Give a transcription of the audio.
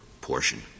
portion